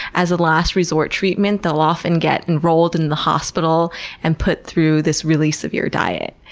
as a last-resort treatment, they'll often get enrolled in the hospital and put through this really severe diet.